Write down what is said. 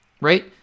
right